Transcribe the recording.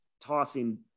tossing